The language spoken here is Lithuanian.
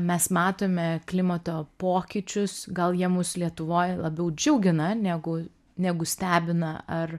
mes matome klimato pokyčius gal jie mus lietuvoj labiau džiugina negu negu stebina ar